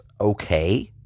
okay